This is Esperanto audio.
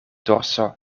dorso